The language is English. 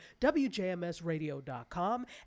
wjmsradio.com